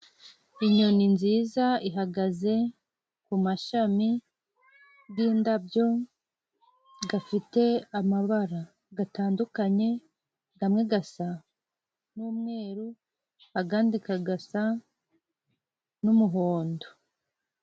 Inyoni nziza ihagaze ku mashami y'indabyo zifite amabara atandukanye. imwe zisa n'umweru, iz'indi zisa n'umuhondo.